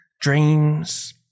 Dreams